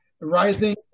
rising